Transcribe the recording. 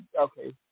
Okay